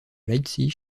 leipzig